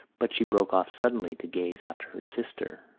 but she broke off suddenly to gaze after her sister,